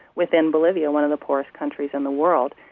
within bolivia, one of the poorest countries in the world,